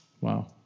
wow